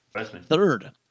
Third